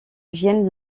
vienne